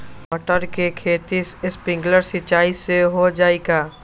मटर के खेती स्प्रिंकलर सिंचाई से हो जाई का?